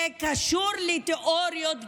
זה קשור לתיאוריות גזעניות,